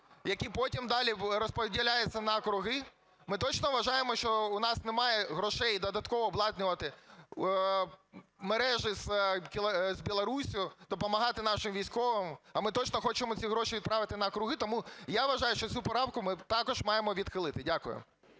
який потім далі розподіляється на округи? Ми точно вважаємо, що у нас немає грошей додатково обладнувати мережі з Білоруссю, допомагати нашим військовим? А ми точно хочемо ці гроші відправити на округи. Тому, я вважаю, що цю правку ми також маємо відхилити. Дякую.